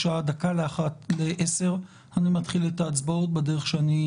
בשעה דקה ל-10:00 אני מתחיל את ההצבעות בדרך שאני